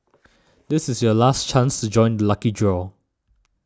this is your last chance to join the lucky draw